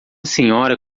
senhora